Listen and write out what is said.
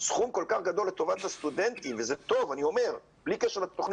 סכום כל-כך גדול לטובת הסטודנטים אני אומר שזה טוב.